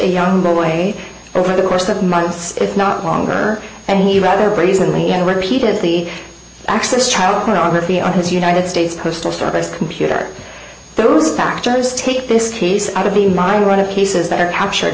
a young boy over the course of months if not longer and he rather brazenly and repeated the axis child pornography on his united states postal service computer those factors take this piece out of the mind run of cases that are captured